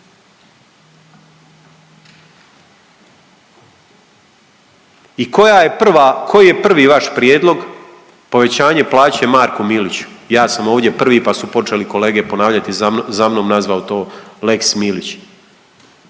koji je prvi vaš prijedlog? Povećanje plaće Marku Miliću, ja sam ovdje prvi pa su počeli kolege ponavljati za mnom, nazvao to lex Milić.